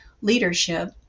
leadership